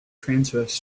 transverse